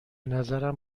نظرم